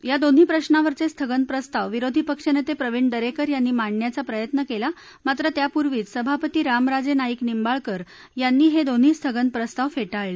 या दोन्ही प्रशांवरचे स्थगन प्रस्ताव विरोधी पक्षनेते प्रवीण दरेकर यांनी मांडण्याचा प्रयत्न केला मात्र त्यापूर्वीच सभापती रामराजे नाईक निंबाळकर यांनी हे दोन्ही स्थगन प्रस्ताव फेटाळले